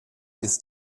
ist